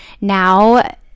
now